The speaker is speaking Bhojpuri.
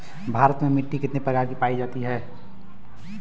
भारत में मिट्टी कितने प्रकार की पाई जाती हैं?